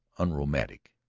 unromantic,